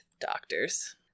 Doctors